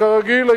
הייתי אומר,